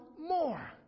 more